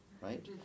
Right